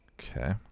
Okay